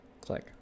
Click